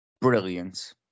brilliant